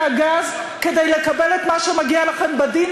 הגז כדי לקבל את מה שמגיע לכם בדין,